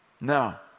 Now